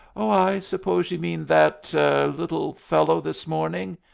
oh, i suppose you mean that little fellow this morning.